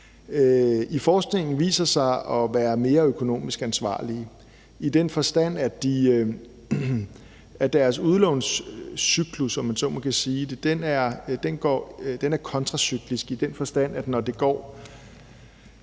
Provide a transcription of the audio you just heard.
i forskningen viser sig at være mere økonomisk ansvarlige i den forstand, at deres udlånscyklus, om man så må sige, er kontracyklisk, sådan at når det går